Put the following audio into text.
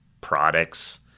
products